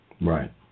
Right